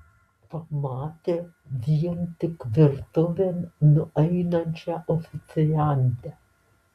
pamatė vien tik virtuvėn nueinančią oficiantę